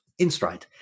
Instride